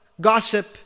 gossip